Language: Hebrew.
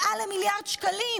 מעל למיליארד שקלים,